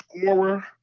scorer